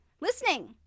listening